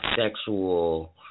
sexual